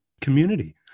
community